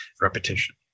repetition